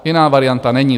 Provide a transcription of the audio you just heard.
Jiná varianta není.